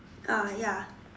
ah ya